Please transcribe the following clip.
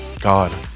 God